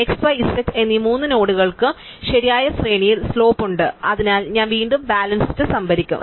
അതിനാൽ x y z എന്നീ മൂന്ന് നോഡുകൾക്കും ശരിയായ ശ്രേണിയിൽ സ്ലോപ്പ് ഉണ്ട് അതിനാൽ ഞാൻ വീണ്ടും ബാലൻസ് സംഭരിക്കും